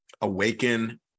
awaken